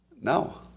No